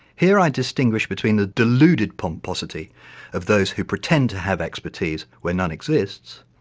here i distinguish between the deluded pomposity of those who pretend to have expertise where none exists,